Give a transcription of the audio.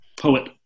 poet